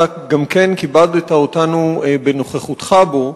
אתה גם כן כיבדת אותנו בנוכחותך בו,